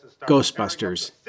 Ghostbusters